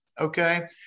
Okay